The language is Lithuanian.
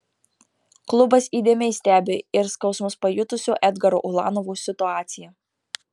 klubas įdėmiai stebi ir skausmus pajutusio edgaro ulanovo situaciją